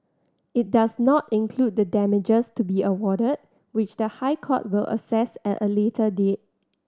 it does not include the damages to be awarded which the High Court will assess at a later date